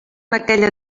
aquella